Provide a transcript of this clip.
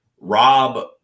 Rob